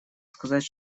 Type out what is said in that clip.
сказать